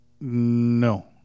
No